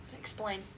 Explain